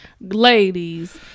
ladies